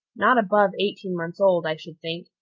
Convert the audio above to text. not above eighteen months old, i should think.